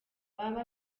baba